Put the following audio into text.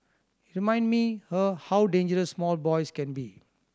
remind me her how dangerous small boys can be